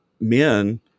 men